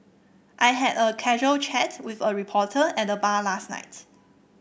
I had a casual chat with a reporter at the bar last night